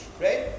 right